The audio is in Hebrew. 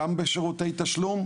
גם בשירותי תשלום,